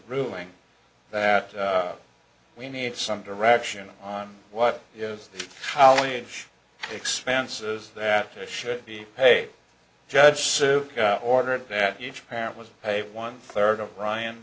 ruling that we need some direction on what is the how huge expenses that should be paid judge sue ordered that each parent was paid one third of ryan